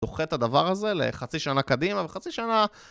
דוחה את הדבר הזה לחצי שנה קדימה, וחצי שנה...